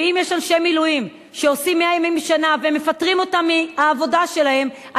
ואם יש אנשי מילואים שעושים 100 ימים בשנה ומפטרים אותם מהעבודה שלהם,